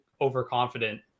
overconfident